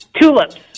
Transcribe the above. Tulips